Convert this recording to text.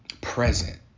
present